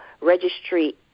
registry